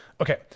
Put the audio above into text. Okay